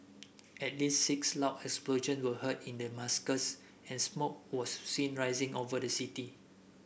at least six loud explosion were heard in Damascus and smoke was seen rising over the city